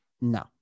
No